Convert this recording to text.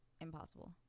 impossible